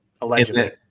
Allegedly